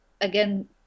again